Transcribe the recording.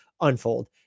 unfold